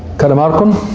kata markon.